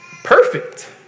perfect